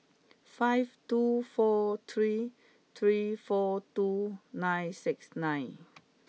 five two four three three four two nine six nine